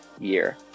year